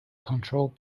controlled